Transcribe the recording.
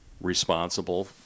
responsible